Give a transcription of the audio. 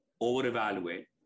over-evaluate